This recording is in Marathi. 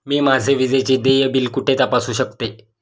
मी माझे विजेचे देय बिल कुठे तपासू शकते?